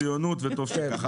לציונות, וטוב שכך.